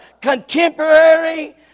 contemporary